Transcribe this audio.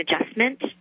adjustment